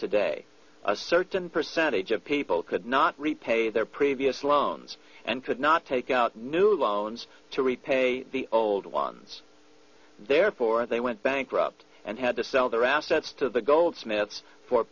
today a certain percentage of people could not repay their previous loans and could not take out new loans to repay the old ones therefore they went bankrupt and had to sell their assets to the goldsmith's for